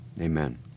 Amen